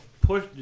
push